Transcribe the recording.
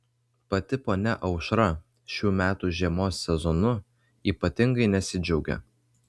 pati ponia aušra šių metų žiemos sezonu ypatingai nesidžiaugia